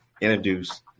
introduce